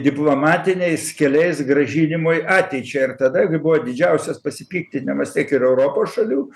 diplomatiniais keliais grąžinimui ateičiai ir tada jau buvo didžiausias pasipiktinimas tiek ir europos šalių